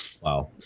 Wow